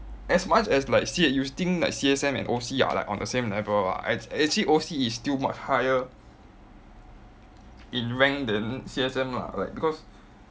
as much as like see you think like C_S_M and O_C are like on the same level ah act~ actually O_C is still much higher in rank than C_S_M lah like because